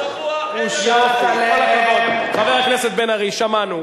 השבוע אין, הושת עליהם, חבר הכנסת בן-ארי, שמענו.